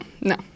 no